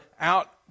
out